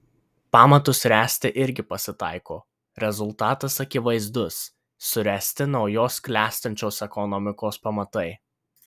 pamatus ręsti irgi pasitaiko rezultatas akivaizdus suręsti naujos klestinčios ekonomikos pamatai